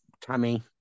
Tammy